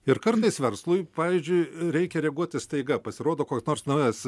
ir kartais verslui pavyzdžiui reikia reaguoti staiga pasirodo koks nors naujas